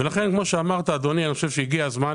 לכן, כמו שאמרת, אדוני, אני חושב שהגיע הזמן